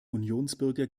unionsbürger